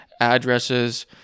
addresses